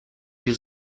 più